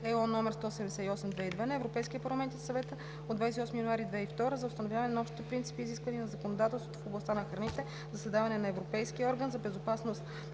(ЕО) № 178/2002 на Европейския парламент и на Съвета от 28 януари 2002 г. за установяване на общите принципи и изисквания на законодателството в областта на храните, за създаване на Европейски орган за безопасност